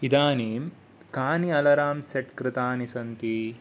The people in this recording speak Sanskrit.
इदानीं कानि अलार्म् सेट् कृतानि सन्ति